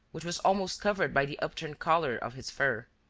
which was almost covered by the upturned collar of his fur.